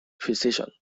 precision